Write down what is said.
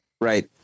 Right